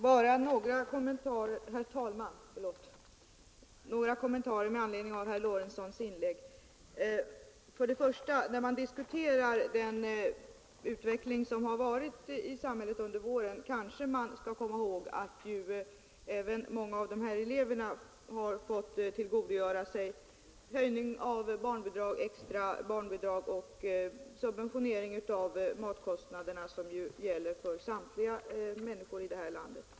Herr talman! Bara några kommentarer till herr Lorentzons inlägg. När man diskuterar den utveckling som ägt rum i samhället under våren kanske man skall komma ihåg att även många av de här eleverna har fått tillgodogöra sig höjningen av barnbidrag, extra barnbidrag och subventionering av matkostnaderna som ju gäller för alla människor i det här landet.